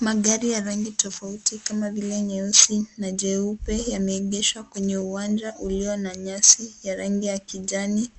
Magari ya rangi tofauti kama vile nyeusi, na jeupe yameegeshwa kwenye uwanja ulio na nyasi ya rangi ya kijani.